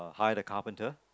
hired a carpenter